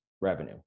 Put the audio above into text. revenue